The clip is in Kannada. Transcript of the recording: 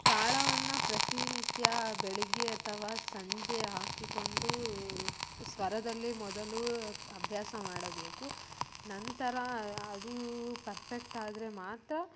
ತಾಳವನ್ನು ಪ್ರತಿ ನಿತ್ಯ ಬೆಳಿಗ್ಗೆ ಅಥವಾ ಸಂಜೆ ಹಾಕಿಕೊಂಡು ಸ್ವರದಲ್ಲಿ ಮೊದಲು ಅಭ್ಯಾಸ ಮಾಡಬೇಕು ನಂತರ ಅದು ಪರ್ಫೆಕ್ಟ್ ಆದರೆ ಮಾತ್ರ